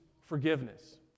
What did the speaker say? forgiveness